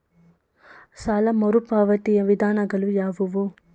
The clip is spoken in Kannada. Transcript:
ಸಾಲ ಮರುಪಾವತಿಯ ವಿಧಾನಗಳು ಯಾವುವು?